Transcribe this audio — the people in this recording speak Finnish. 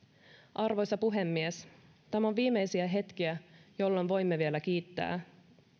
arvoisa puhemies tämä on viimeisiä hetkiä jolloin voimme vielä kiittää